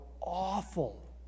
awful